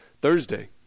Thursday